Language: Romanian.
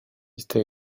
este